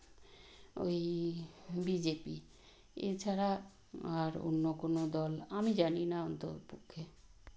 আমরা যেমন বম পুড়াই সেরকমই আমরা বুড়ির ঘর সেরকম ঘরের মতো তৈরি করে তাই বুড়ির মূর্তির মতো তৈরি করে তাকে আমরা আগুন বা মশাল দিয়ে